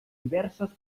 diverses